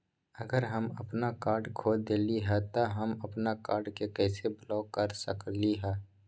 अगर हम अपन कार्ड खो देली ह त हम अपन कार्ड के कैसे ब्लॉक कर सकली ह?